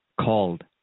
called